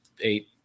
eight